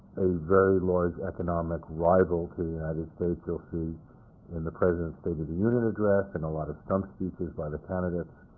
a very large economic rival to the united states, you'll see in the president's state of the union address and a lot of stump speeches by the candidates,